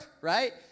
right